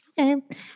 Okay